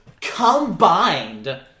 combined